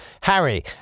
Harry